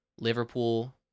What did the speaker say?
Liverpool